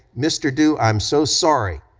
mr. dew, i'm so sorry,